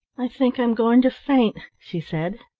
i think i'm going to faint, she said.